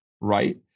right